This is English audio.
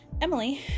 emily